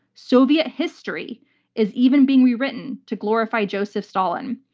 soviet history is even being rewritten to glorify joseph stalin.